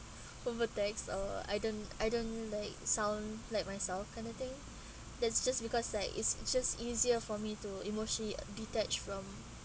over text or I don't I don't like sound like myself kind of thing that's just because like it's just easier for me to emotionally uh detached from